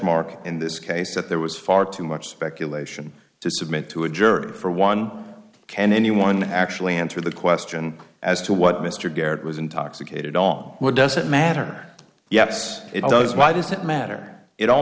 mark in this case that there was far too much speculation to submit to a juror one can anyone actually answer the question as to what mr garrett was intoxicated on what doesn't matter yes it does why does it matter it all